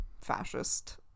fascist